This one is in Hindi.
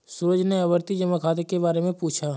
सूरज ने आवर्ती जमा खाता के बारे में पूछा